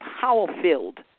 power-filled